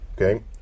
okay